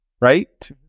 right